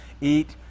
eat